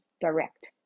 direct